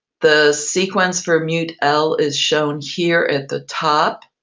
the sequence for mutl is shown here at the top.